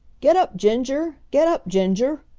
get up, ginger! get up, ginger!